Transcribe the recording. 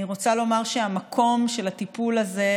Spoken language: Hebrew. אני רוצה לומר שהמקום של הטיפול הזה,